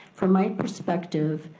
from my perspective,